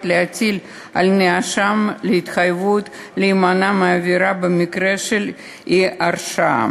להטיל על הנאשם התחייבות להימנע מעבירה במקרה של אי-הרשעה.